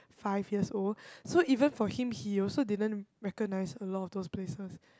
five years old so even for him he also didn't recognise a lot of those place was